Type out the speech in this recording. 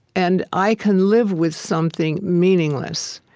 and i can live with something meaningless,